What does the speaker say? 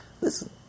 Listen